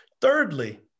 Thirdly